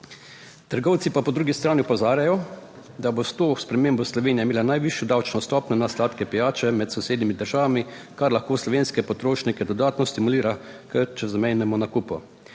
Trgovci pa po drugi strani opozarjajo, da bo s to spremembo Slovenija imela najvišjo davčno stopnjo na sladke pijače med sosednjimi državami, kar lahko slovenske potrošnike dodatno stimulira k čezmejnemu nakupu.